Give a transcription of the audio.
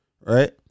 Right